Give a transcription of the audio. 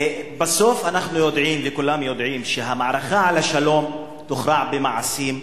בסוף אנחנו יודעים וכולם יודעים שהמערכה על השלום תוכרע במעשים,